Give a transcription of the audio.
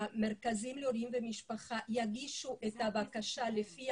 המרכזים לעולים ומשפחה יגישו את הבקשה לפי